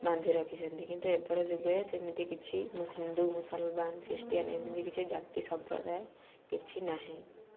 ବାନ୍ଧି ରଖିଛନ୍ତି କିନ୍ତୁ ଏବେର ଯୁଗରେ ସେମିତି କିଛି ହିନ୍ଦୁ ମୁସଲମାନ ଖ୍ରୀଷ୍ଟିୟାନ ଏମିତି କିଛି ଜାତି ସମ୍ପ୍ରଦାୟ କିଛି ନାହିଁ